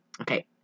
Okay